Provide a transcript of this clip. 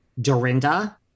Dorinda